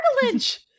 cartilage